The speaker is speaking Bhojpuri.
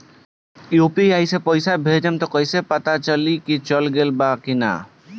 यू.पी.आई से पइसा भेजम त कइसे पता चलि की चल गेल बा की न?